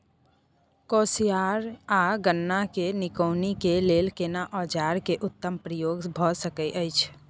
कोसयार आ गन्ना के निकौनी के लेल केना औजार के उत्तम प्रयोग भ सकेत अछि?